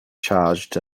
charged